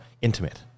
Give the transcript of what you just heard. intimate